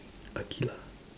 Aqilah